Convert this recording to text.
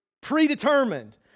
Predetermined